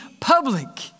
public